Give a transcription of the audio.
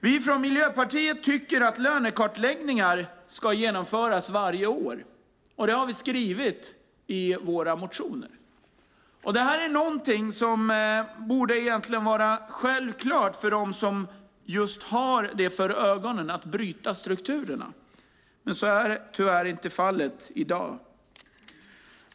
Vi från Miljöpartiet tycker att lönekartläggningar ska genomföras varje år. Det har vi skrivit i våra motioner. Detta är någonting som egentligen borde vara självklart för dem som just har för ögonen att bryta strukturerna. Men så är tyvärr inte fallet i dag.